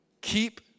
keep